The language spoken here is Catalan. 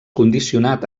condicionat